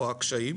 או הקשיים,